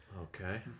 Okay